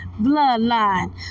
bloodline